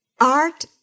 art